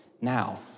now